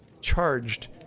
charged